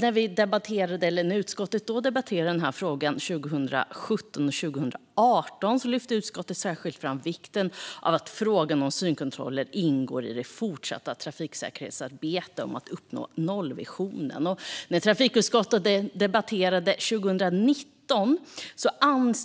När vi debatterade frågan 2017 och 2018 lyfte utskottet särskilt fram vikten av att frågan om synkontroller ska ingå i det fortsatta trafiksäkerhetsarbetet för att uppnå nollvisionen. När frågan var uppe i trafikutskottet 2019